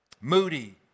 moody